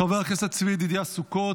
חבר הכנסת צבי ידידה סוכות,